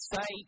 Say